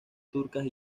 turcas